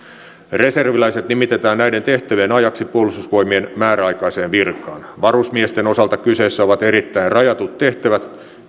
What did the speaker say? reserviläiset nimitetään näiden tehtävien ajaksi puolustusvoimien määräaikaiseen virkaan varusmiesten osalta kyseessä ovat erittäin rajatut tehtävät